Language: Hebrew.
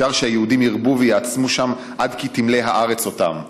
אפשר שהיהודים ירבו ויעצמו שם עד כי תמלא הארץ אותם.